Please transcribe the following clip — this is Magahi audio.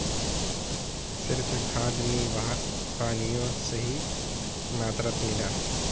सिर्फ खाद नी वहात पानियों सही मात्रात मिला